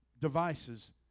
devices